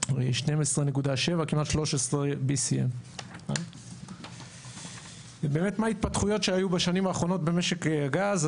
כמעט BCM13. מה ההתפתחויות שהיו בשנים האחרונות במשק הגז?